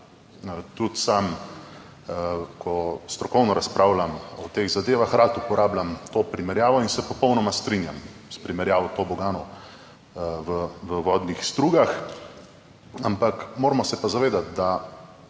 Tudi sam, ko strokovno razpravljam o teh zadevah, rad uporabljam to primerjavo in se popolnoma strinjam s primerjavo toboganov v vodnih strugah. Ampak moramo se pa zavedati, da